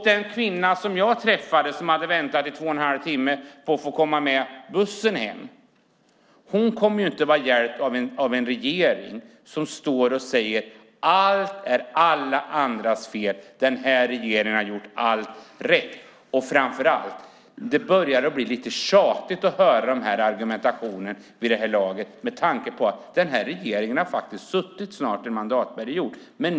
Den kvinna jag träffade, som hade väntat i två och en halv timme på att komma med bussen hem, kommer inte att vara hjälpt av en regering som står och säger att allt är alla andras fel och att denna regering har gjort allt rätt. Framför allt börjar det vid det här laget bli lite tjatigt att höra den argumentationen med tanke på att denna regering snart har suttit en mandatperiod.